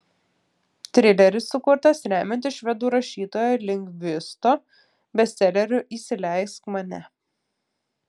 trileris sukurtas remiantis švedų rašytojo lindgvisto bestseleriu įsileisk mane